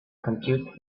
compute